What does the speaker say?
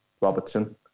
Robertson